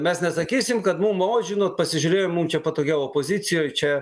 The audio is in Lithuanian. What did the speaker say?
mes nesakysim kad mum o žinot pasižiūrėjom mum čia patogiau opozicijoj čia